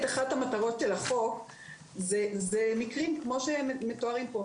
אחת המטרות של החוק זה מקרים כמו שמתוארים פה,